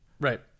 Right